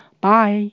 Bye